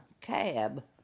cab